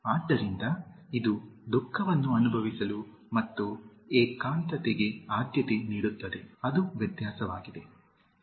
ಆದ್ದರಿಂದ ಇದು ದುಃಖವನ್ನು ಅನುಭವಿಸಲು ಮತ್ತು ಏಕಾಂತತೆಗೆ ಆದ್ಯತೆ ನೀಡುತ್ತದೆ ಅದು ವ್ಯತ್ಯಾಸವಾಗಿದೆ